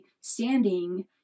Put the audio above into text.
standing